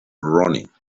running